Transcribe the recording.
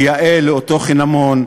כיאה לאותו חינמון.